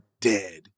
dead